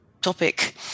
topic